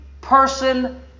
person